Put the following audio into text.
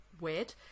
Weird